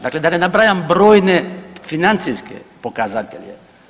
Dakle, da ne nabrajam brojne financijske pokazatelje.